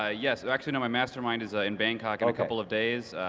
ah yes, actually no, my mastermind is ah in bangkok in a couple of days.